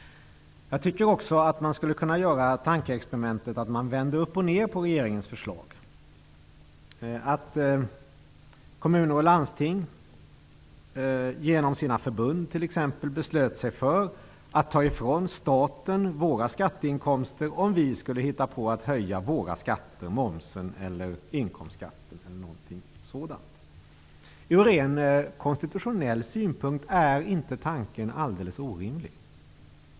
Jag tycker också att vi skulle kunna göra tankeexperimentet att vi vänder upp och ner på regeringens förslag. Vi kan tänka oss att kommuner och landsting, t.ex. genom sina förbund, beslutar sig för att ta ifrån staten skatteinkomster om vi här i riksdagen skulle hitta på att höja våra skatter, momsen, inkomstskatten eller något sådant. Ur ren konstitutionell synpunkt är tanken inte alldeles orimlig.